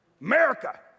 America